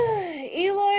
Eloy